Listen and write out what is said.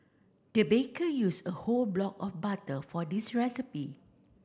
the baker used a whole block of butter for this recipe